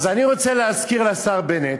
אז אני רוצה להזכיר לשר בנט,